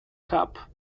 cup